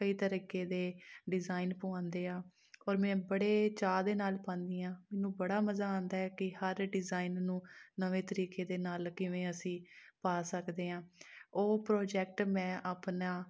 ਕਈ ਤਰੀਕੇ ਦੇ ਡਿਜ਼ਾਈਨ ਪਵਾਉਂਦੇ ਆ ਔਰ ਮੈਂ ਬੜੇ ਚਾਅ ਦੇ ਨਾਲ ਪਾਉਂਦੀ ਹਾਂ ਮੈਨੂੰ ਬੜਾ ਮਜ਼ਾ ਆਉਂਦਾ ਕਿ ਹਰ ਡਿਜ਼ਾਈਨ ਨੂੰ ਨਵੇਂ ਤਰੀਕੇ ਦੇ ਨਾਲ ਕਿਵੇਂ ਅਸੀਂ ਪਾ ਸਕਦੇ ਹਾਂ ਉਹ ਪ੍ਰਜੈਕਟ ਮੈਂ ਆਪਣਾ